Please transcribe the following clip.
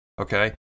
Okay